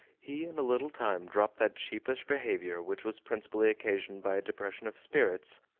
he in a little time dropped that sheepish behavior which was principally occasioned by a depression of spirits,